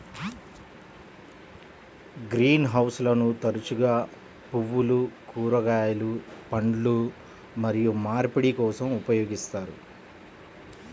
green హౌస్లను తరచుగా పువ్వులు, కూరగాయలు, పండ్లు మరియు మార్పిడి కోసం ఉపయోగిస్తారు